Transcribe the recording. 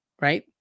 Right